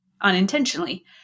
unintentionally